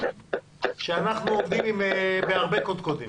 שאנחנו עובדים בהרבה קודקודים.